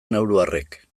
nauruarrek